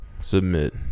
submit